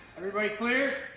everybody clear?